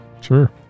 Sure